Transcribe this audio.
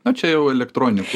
na čia jau elektronikų